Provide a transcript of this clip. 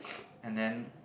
and then